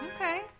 Okay